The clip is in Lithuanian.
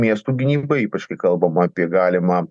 miestų gynybai ypač kai kalbam apie galimą